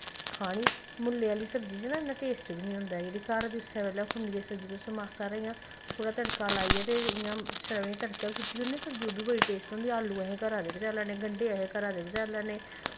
खानी मुल्ले आह्ली सब्जी च ना इन्ना टेस्ट बी नी होंदा जेह्ड़ी घर दी उस्सै बेल्लै खुंडियै सब्जी तुस मासा हारा इ'यां थोह्ड़ा तड़का लाइयै ते इ'यां छड़ा इ'यां तड़के बी सुट्टी ओड़नी होए निं सब्जी ओह् बी बड़ी टेस्ट होंदी ऐ आलू असें घरा दे बचाई लैन्ने गंढे असें घरा दे बचाई लैन्ने